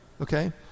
Okay